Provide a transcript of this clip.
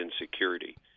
insecurity